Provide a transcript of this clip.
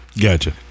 Gotcha